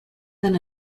than